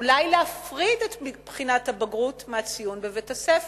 אולי להפריד את בחינת הבגרות מהציון בבית-הספר.